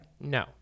No